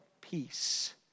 peace